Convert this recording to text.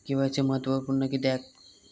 KYC महत्त्वपुर्ण किद्याक?